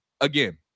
again